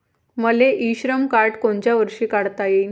मले e Shram card कोनच्या वर्षी काढता येईन?